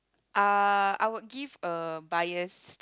uh I would give a biased